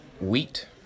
wheat